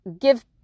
give